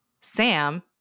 Sam